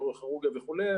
נוירו-כירורגיה וכולי,